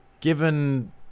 given